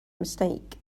mistake